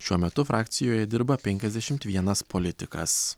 šiuo metu frakcijoje dirba penkiasdešimt vienas politikas